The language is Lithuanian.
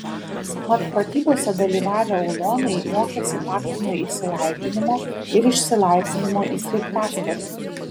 mat pratybose dalyvavę ulonai mokėsi taktinio įsilaipinimo ir išsilaipinimo į sraigtasparnį